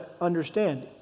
understand